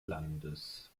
landes